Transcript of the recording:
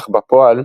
אך בפועל,